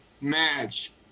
match